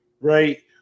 right